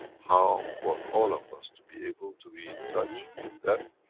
how for all of us to be able to be in touch, in depth,